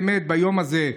באמת ביום הזה,